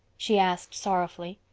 she asked sorrowfully.